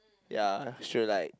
ya should like